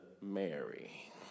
Mary